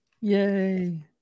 Yay